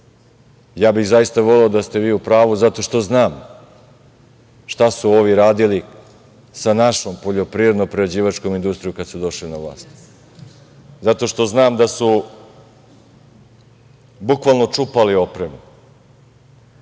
Ja bih zaista voleo da ste vi u pravu zato što znam šta su ovi radili sa našom poljoprivredno-prerađivačkom industrijom kada su došli na vlast, zato što znam da su bukvalno čupali opremu. Ranije,